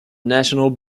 national